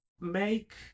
make